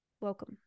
Welcome